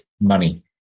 money